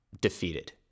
defeated